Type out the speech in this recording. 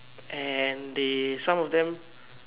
and they some of them